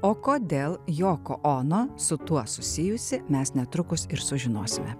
o kodėl yoko ono su tuo susijusi mes netrukus ir sužinosime